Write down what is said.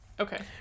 Okay